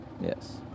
yes